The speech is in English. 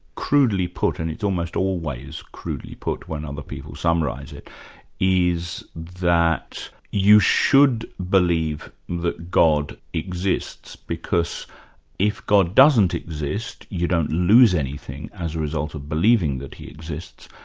crudely put and it's almost always crudely put when other people summarise it is that you should believe that god exists because if god doesn't exist, you don't lose anything as a result of believing that he exists,